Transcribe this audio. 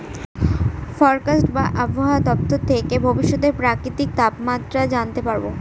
forecast বা আবহাওয়া দপ্তর থেকে ভবিষ্যতের প্রাকৃতিক তাপমাত্রা জানতে পারবো